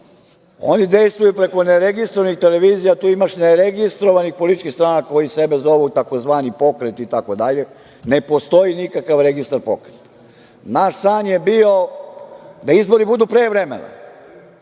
oni dejstvuju preko neregistrovanih televizija, tu ima neregistrovanih političkih stranaka koji sebe zovu tzv. pokret itd. Ne postoji nikakav registar pokreta. Naš san je bio da izbori budu pre vremena,